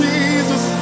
Jesus